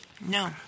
No